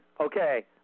okay